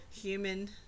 human